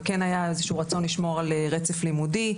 וכן היה איזה שהוא רצון לשמור על רצף לימודי,